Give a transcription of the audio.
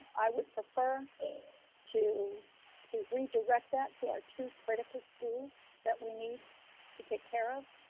i would prefer to to redirect that to our two critical schools that we need to take care of.